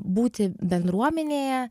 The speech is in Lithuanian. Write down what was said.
būti bendruomenėje